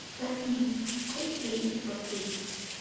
let me take leave of these